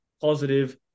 positive